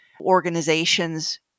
organizations